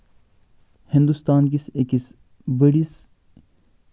ہِندوستان کِس أکِس بٔڑِس